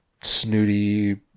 snooty